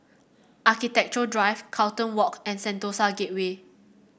Architecture Drive Carlton Walk and Sentosa Gateway